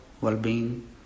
well-being